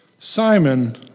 Simon